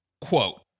quote